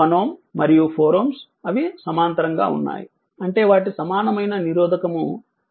1 Ω మరియు 4 Ω అవి సమాంతరంగా ఉన్నాయి అంటే వాటి సమానమైన నిరోధకం 1 4 1 4 0